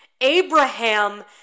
Abraham